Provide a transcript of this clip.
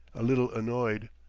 a little annoyed.